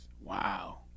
Wow